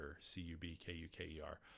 C-U-B-K-U-K-E-R